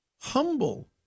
humble